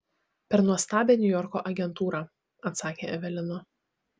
per nuostabią niujorko agentūrą atsakė evelina